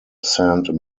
saint